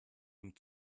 dem